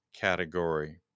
category